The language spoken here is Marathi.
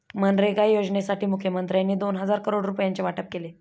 मनरेगा योजनेसाठी मुखमंत्र्यांनी दोन हजार करोड रुपयांचे वाटप केले